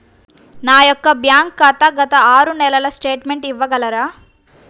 నా యొక్క బ్యాంక్ ఖాతా గత ఆరు నెలల స్టేట్మెంట్ ఇవ్వగలరా?